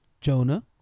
Jonah